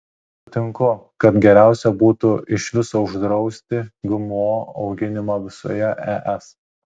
sutinku kad geriausia būtų iš viso uždrausti gmo auginimą visoje es